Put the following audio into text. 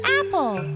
apple